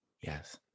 Yes